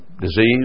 disease